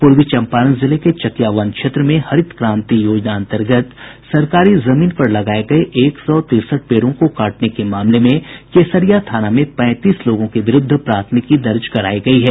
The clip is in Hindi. पूर्वी चंपारण जिले के चकिया वन क्षेत्र में हरित क्रांति योजना अन्तर्गत सरकारी जमीन पर लगाये गये एक सौ तिरसठ पेड़ों को काटने के मामले में केसरिया थाना में पैंतीस लोगों के विरूद्ध प्राथमिकी दर्ज करायी गयी है